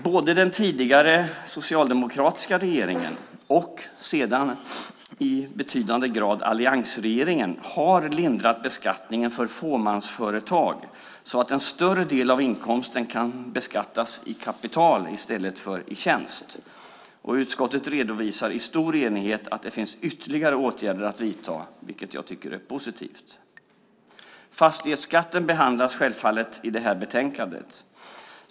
Både den tidigare socialdemokratiska regeringen och sedan i betydande grad alliansregeringen har lindrat beskattningen för fåmansföretag så att en större del av inkomsten kan beskattas under kapital i stället för under tjänst. Utskottet redovisar i stor enighet att det finns ytterligare åtgärder att vidta, vilket jag tycker är positivt. Fastighetsbeskattningen behandlas självfallet i det här betänkandet.